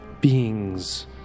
beings